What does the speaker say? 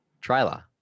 trailer